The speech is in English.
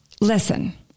listen